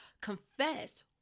confess